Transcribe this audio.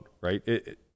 right